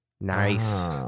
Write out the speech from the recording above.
Nice